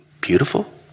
beautiful